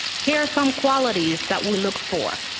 here are some qualities that we look for.